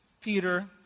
Peter